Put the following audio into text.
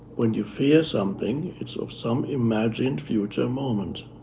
when you fear something, it's of some imagined future moment.